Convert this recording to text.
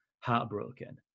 heartbroken